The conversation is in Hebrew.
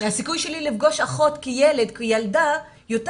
כי הסיכוי שלי לפגוש אחות כילד או ילדה יותר